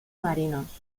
marinos